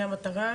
זו המטרה.